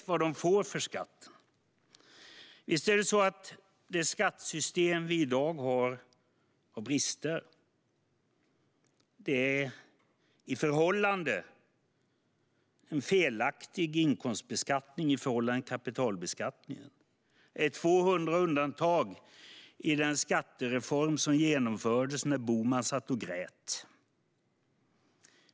Visst har vårt skattesystem brister. Vi har en felaktig inkomstbeskattning i förhållande till kapitalbeskattningen. Det finns några få hundra undantag i den skattereform som genomfördes när Gösta Bohman satt och grät.